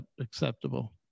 acceptable